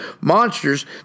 monsters